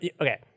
Okay